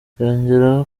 yongeraho